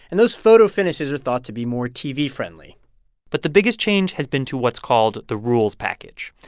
and those photo finishes are thought to be more tv-friendly but the biggest change has been to what's called the rules package.